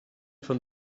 von